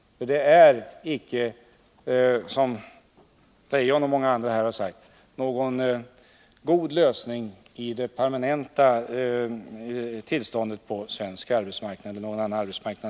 Det är, som Anna-Greta Leijon och många andra här har sagt, inte någon god permanent lösning på den svenska arbetsmarknaden — eller någon annan arbetsmarknad.